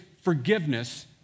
forgiveness